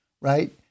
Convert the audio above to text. right